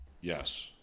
Yes